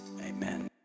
Amen